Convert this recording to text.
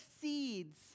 seeds